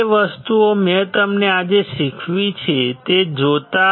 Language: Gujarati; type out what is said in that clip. જે વસ્તુઓ મેં તમને આજે શીખવી છે તે જોતા